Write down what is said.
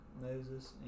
Moses